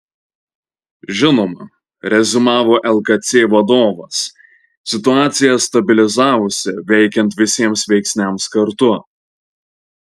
žinoma reziumavo lkc vadovas situacija stabilizavosi veikiant visiems veiksniams kartu